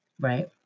Right